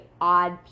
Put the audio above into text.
odd